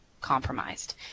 compromised